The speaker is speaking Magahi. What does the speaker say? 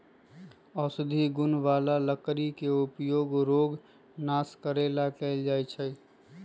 औषधि गुण बला लकड़ी के उपयोग रोग नाश करे लेल कएल जाइ छइ